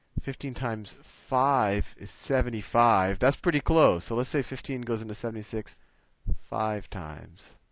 fifteen times five is seventy five. that's pretty close, so let's say fifteen goes into seventy six five times.